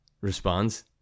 Responds